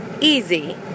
easy